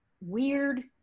weird